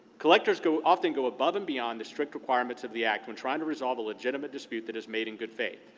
collectors often go above and beyond the strict requirements of the act when trying to resolve a legitimate dispute that is made in good faith,